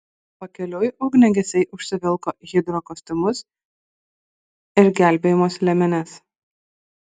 pakeliui ugniagesiai užsivilko hidrokostiumus ir gelbėjimosi liemenes